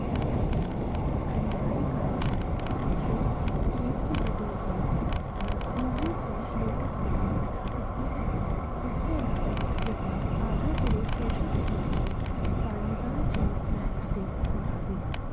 क्या आप मेरे ख़रीदारी कार्ट से फ़्रेशो खेत के बटेर एग्स और हूवु फ़्रेश लोटस स्टेम हटा सकते हैं इसके अलावा कृपया जीरो पॉइंट पाँच kilo Fresho signature parmesan cheese snack stick हटा दें